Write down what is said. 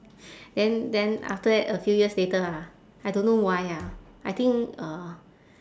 then then after that a few years later ah I don't know why ah I think uh